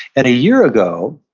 and a year ago,